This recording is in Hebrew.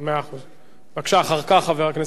אחר כך, חבר הכנסת שכיב שנאן.